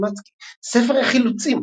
סטימצקי ספר החילוצים,